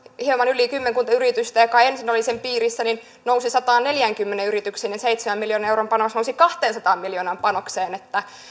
hieman yli kymmenkunta yritystä jotka ensin olivat sen piirissä nousi sataanneljäänkymmeneen yritykseen ja seitsemän miljoonan euron panos nousi kahdensadan miljoonan panokseen niin että